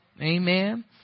Amen